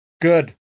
Good